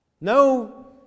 No